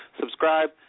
subscribe